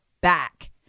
back